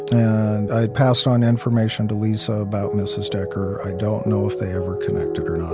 and i passed on information to lisa about mrs. decker. i don't know if they ever connected or not.